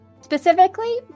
specifically